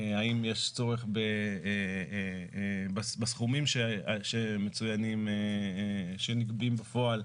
האם יש צורך בסכומים שנגבים בפועל?